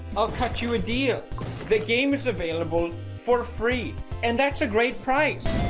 i'll cut you a deal the game is available for free and that's a great price